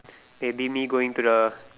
maybe me going to the